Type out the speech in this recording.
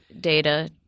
data